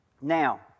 Now